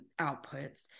outputs